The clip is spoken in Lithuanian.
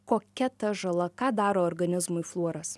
kokia ta žala ką daro organizmui fluoras